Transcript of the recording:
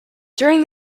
during